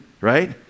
right